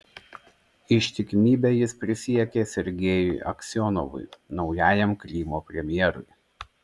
ištikimybę jis prisiekė sergejui aksionovui naujajam krymo premjerui